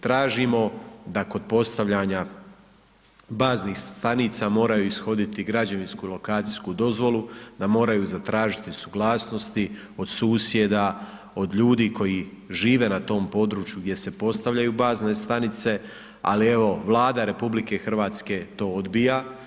Tražimo da kod postavljanja baznih stanica, moraju ishoditi građevinsku i lokacijsku dozvolu, da moraju zatražiti suglasnosti, od susjeda, od ljudi, koji žive na tom području gdje se postavljaju bazne stanice, ali evo Vlada Republike Hrvatske to odbija.